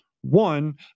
One